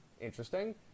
Interesting